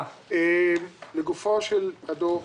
לגופו של הדוח.